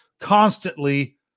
constantly